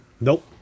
Nope